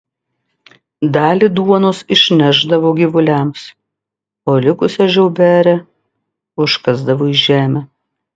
dalį duonos išnešdavo gyvuliams o likusią žiauberę užkasdavo į žemę